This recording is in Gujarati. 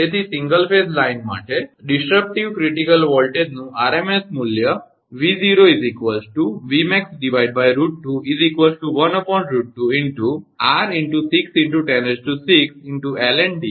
તેથી સિંગલ ફેઝ લાઇન માટે વિક્ષેપિત જટિલ વોલ્ટેજનું આરએમએસ મૂલ્ય 𝑉0 𝑉𝑚𝑎𝑥√2 1√2 × 𝑟 × 6 × 106 × ln𝐷𝑟